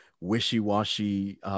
wishy-washy